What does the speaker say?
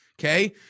okay